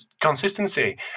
consistency